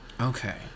Okay